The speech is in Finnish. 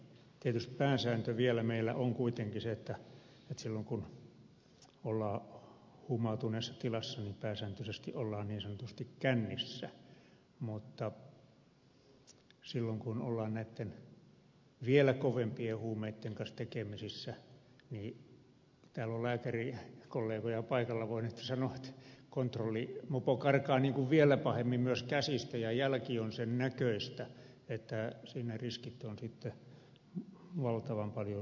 tietysti pääsääntö vielä meillä on kuitenkin se että silloin kun ollaan huumautuneessa tilassa niin ollaan niin sanotusti kännissä mutta silloin kun ollaan näitten vielä kovempien huumeitten kanssa tekemisissä täällä on lääkärikollegoja paikalla voi nyt ehkä sanoa että kontrolli mopo karkaa niin kuin vielä pahemmin käsistä ja jälki on sen näköistä että siinä riskit ovat sitten vielä valtavan paljon suuremmat